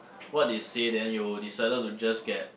what they say then you will decided to just get